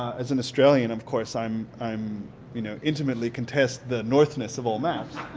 as an australian of course i'm i'm you know intimately contest the northness of all maps,